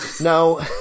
no